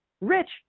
Rich